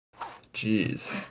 Jeez